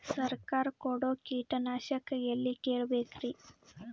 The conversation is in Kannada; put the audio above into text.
ಸರಕಾರ ಕೊಡೋ ಕೀಟನಾಶಕ ಎಳ್ಳಿ ಕೇಳ ಬೇಕರಿ?